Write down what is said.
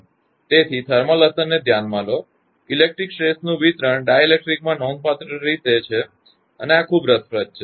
તેથી થર્મલ અસરને ધ્યાનમાં લો ઇલેક્ટ્રિક સ્ટ્રેસ વિધુત દબાણ નું વિતરણ ડાઇલેક્ટ્રિકમાં નોંધપાત્ર રીતે છે અને આ ખૂબ જ રસપ્રદ છે